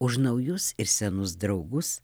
už naujus ir senus draugus